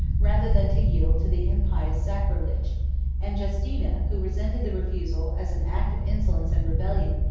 rather than to yield to the impious sacrilege and justina, who resented the refusal as an act of insolence and rebellion,